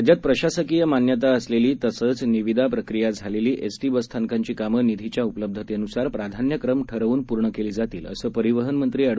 राज्यात प्रशासकीय मान्यता असलेली तसेच निविदा प्रक्रिया झालेली एसटी बसस्थानकांची कामे निधीच्या उपलब्धतनेनुसार प्राधान्यक्रम ठरवून पूर्ण केली जातील असे परिवहनमंत्री एड